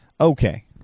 Okay